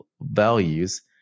values